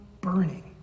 burning